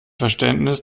verständnis